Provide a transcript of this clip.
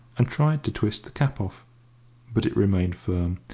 and tried to twist the cap off but it remained firm,